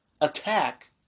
attack